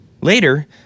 Later